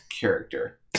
character